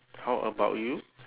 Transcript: how about you